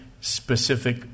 specific